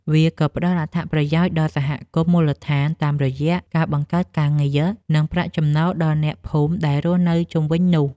វាក៏ផ្ដល់អត្ថប្រយោជន៍ដល់សហគមន៍មូលដ្ឋាន តាមរយៈការបង្កើតការងារ និងប្រាក់ចំណូលដល់អ្នកភូមិដែលរស់នៅជុំវិញនោះ។